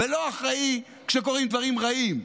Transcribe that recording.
ולא אחראי כשקורים דברים רעים.